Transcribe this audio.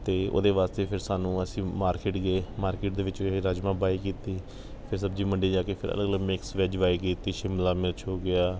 ਅਤੇ ਉਹਦੇ ਵਾਸਤੇ ਫਿਰ ਸਾਨੂੰ ਅਸੀਂ ਮਾਰਕਿਟ ਗਏ ਮਾਰਕਿਟ ਦੇ ਵਿੱਚ ਫਿਰ ਰਾਜਮਾਂਹ ਬਾਏ ਕੀਤੀ ਫਿਰ ਸਬਜ਼ੀ ਮੰਡੀ ਜਾ ਕੇ ਫਿਰ ਅਲੱਗ ਅਲੱਗ ਮਿਕਸ ਵੈੱਜ ਬਾਏ ਕੀਤੀ ਸ਼ਿਮਲਾ ਮਿਰਚ ਹੋ ਗਿਆ